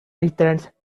returned